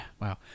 Wow